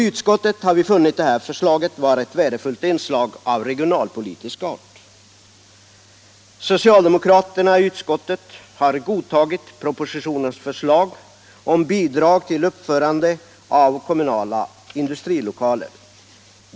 Utskottet har funnit det förslaget vara ett värdefullt inslag av regionalpolitisk art. Socialdemokraterna i utskottet har godtagit propositionens förslag om bidrag till uppförande av kommunala industrilokaler.